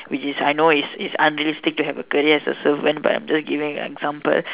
which is I know it's it's unrealistic to have a career as a servant but I'm just giving an example